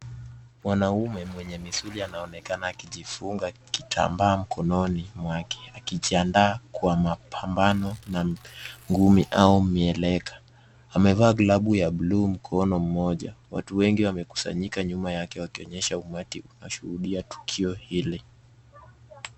Mwanaume mwenye misuli anaonekana akijifunga kitambaa mkononi mwake akijiandaa kwa mapambano na ngumi au mieleka. Amevaa glavu ya blue mkono mmoja. Watu wengi wamekusanyika nyuma yake wakionyesha umati unashuhudia tukio hili.